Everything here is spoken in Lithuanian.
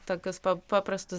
tokius pa paprastus